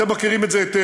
אתם מכירים את זה היטב.